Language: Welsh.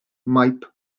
maip